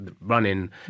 running